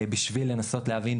בשביל לנסות להבין,